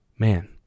Man